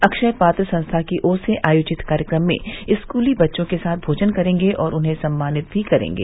अक्षय पात्र संस्था की ओर से आयोजित कार्यक्रम में स्कूली बच्चों के साथ भोजन करेंगे और उन्हें सम्मानित भी करेंगे